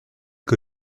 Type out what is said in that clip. que